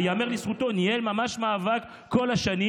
וייאמר לזכותו שהוא ניהל ממש מאבק כל השנים.